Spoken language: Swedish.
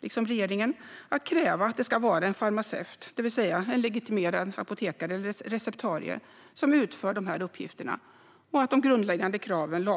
liksom regeringen, att kräva att det ska vara en farmaceut, det vill säga en legitimerad apotekare eller receptarie, som utför dessa uppgifter och att de grundläggande kraven